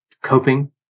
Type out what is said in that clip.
coping